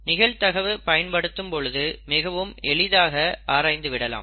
நிகழ்தகவு பயன்படுத்தும் பொழுது மிகவும் எளிதாக ஆராய்ந்து விடலாம்